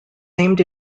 named